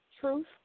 truth